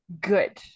good